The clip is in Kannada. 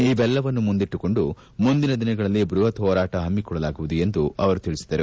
ಇವೆಲ್ಲವನ್ನು ಮುಂದಿಟ್ಟು ಮುಂದಿನ ದಿನಗಳಲ್ಲಿ ಬೃಹತ್ ಹೋರಾಟ ಹಮ್ಮಿಕೊಳ್ಳಲಾಗುವುದು ಎಂದು ತಿಳಿಸಿದರು